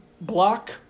block